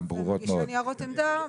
אני מגישה ניירות עמדה,